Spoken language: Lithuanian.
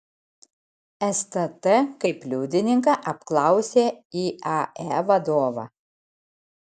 stt kaip liudininką apklausė iae vadovą